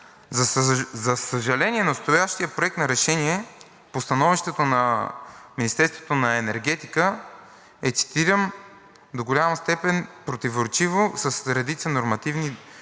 За съжаление, настоящият проект на решение по Становището на Министерството на енергетиката е, цитирам: „До голяма степен противоречиво с редица нормативни документи,